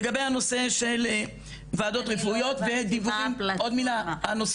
לגבי הנושא של וועדות רפואיות ודיווחים -- שנייה,